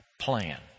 plan